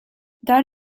that